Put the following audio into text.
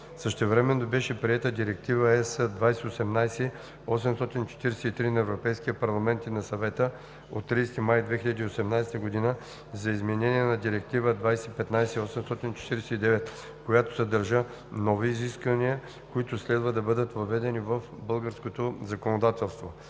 Същевременно беше приета Директива (ЕС) 2018/843 на Европейския парламент и на Съвета от 30 май 2018 г. за изменение на Директива (ЕС) 2015/849, която съдържа нови изисквания, които следва да бъдат въведени в българското законодателство.